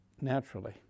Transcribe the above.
naturally